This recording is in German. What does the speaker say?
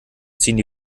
ziehen